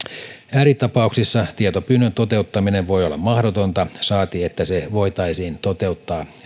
ääritapauksissa tietopyynnön toteuttaminen voi olla mahdotonta saati että se voitaisiin toteuttaa